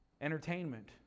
Entertainment